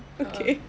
a'ah